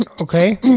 Okay